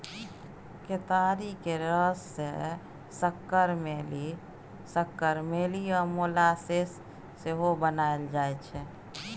केतारी केर रस सँ सक्कर, मेली आ मोलासेस सेहो बनाएल जाइ छै